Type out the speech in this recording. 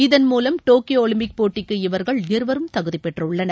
இதன் மூவம் Tokyo Olympic போட்டிக்கு இவர்கள் இருவரும் தகுதி பெற்றுள்ளனர்